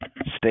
Stay